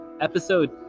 episode